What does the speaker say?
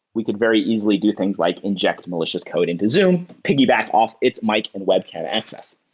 we could very easily do things like inject malicious code into zoom. piggyback off its mic and web cam access.